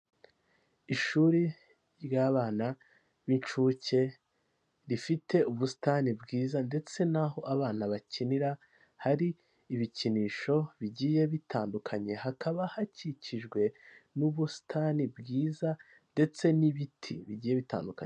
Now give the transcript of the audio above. Ishuri ry'abana b'inshuke rifite ubusitani bwiza ndetse n'aho abana bakinira, hari ibikinisho bigiye bitandukanye hakaba hakikijwe n'ubusitani bwiza, ndetse n'ibiti bigiye bitandukanye.